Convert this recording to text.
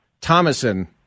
Thomason